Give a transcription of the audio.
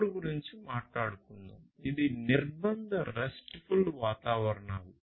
CoRE గురించి మాట్లాడుదాం ఇది నిర్బంధ RESTful వాతావరణాలు